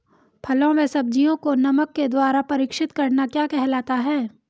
फलों व सब्जियों को नमक के द्वारा परीक्षित करना क्या कहलाता है?